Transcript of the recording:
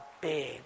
big